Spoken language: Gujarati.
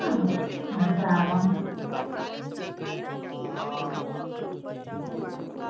હો ને અચ્છા ચાલો